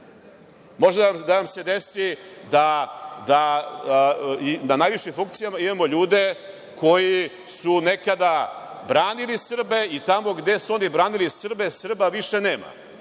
da vam se desi da na najvišim funkcijama imamo ljude koji su nekada branili Srbe i tamo gde su oni branili Srbe, Srba više nema,